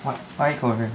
what why korea